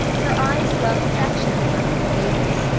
her eyes dwelt affectionately on green gables,